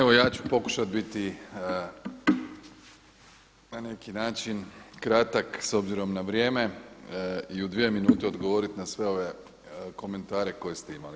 Evo ja ću pokušati biti na neki način kratak s obzirom na vrijeme i u dvije minute odgovoriti na sve ove komentare koje ste imali.